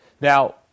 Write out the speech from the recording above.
Now